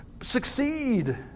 succeed